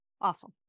awesome